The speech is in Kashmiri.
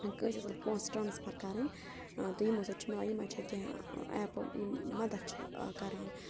کٲنٛسہِ اَسن پونٛسہٕ ٹرٛانَسفَر کَرٕنۍ تہٕ یِمو سۭتۍ چھِ مےٚ یِمَن چھےٚ کیٚنٛہہ ایپہٕ یِم مَدَتھ چھِ کَران